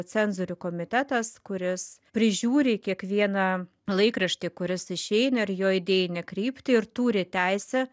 cenzorių komitetas kuris prižiūri kiekvieną laikraštį kuris išeina ir jo idėjinę kryptį ir turi teisę